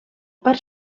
part